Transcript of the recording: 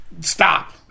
stop